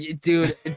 Dude